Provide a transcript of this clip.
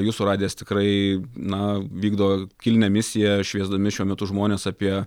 jūsų radijas tikrai na vykdo kilnią misiją šviesdami šiuo metu žmones apie